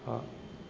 हा